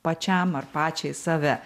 pačiam ar pačiai save